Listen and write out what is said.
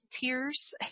tears